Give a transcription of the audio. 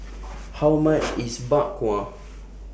How much IS Bak Kwa